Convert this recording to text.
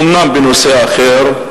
אומנם בנושא אחר,